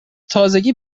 تازگی